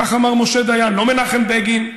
כך אמר משה דיין, לא מנחם בגין,